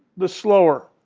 the slower.